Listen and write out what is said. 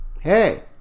Hey